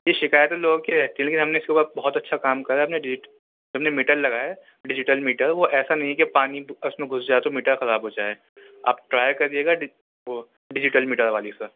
یہ شکایتیں لوگوں کی رہتی ہیں لیکن ہم نے اس کے اوپر بہت اچھا کام کرا ہے ہم نے ڈیجٹ جو ہم نے میٹر لگایا ہے ڈیجیٹل میٹر وہ ایسا نہیں ہے کہ پانی اس میں گھس جائے تو میٹر خراب ہو جائے آپ ٹرائی کرئیے گا وہ ڈیجیٹل میٹر والی سر